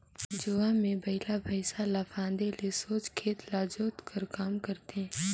जुवा मे बइला भइसा ल फादे ले सोझ खेत ल जोत कर काम करथे